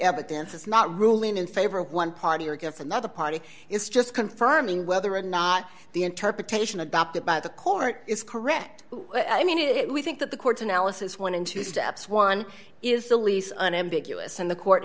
evidence it's not ruling in favor of one party or against another party it's just confirming whether or not the interpretation adopted by the core is correct i mean we think that the court's analysis one in two steps one is the least unambiguous and the court